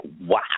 wow